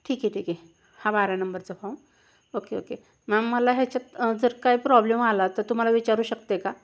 ठीक आहे ठीक आहे हा बारा नंबरचा फॉम ओके ओके मॅम मला ह्याच्यात जर काय प्रॉब्लेम आला तर तुम्हाला विचारू शकते का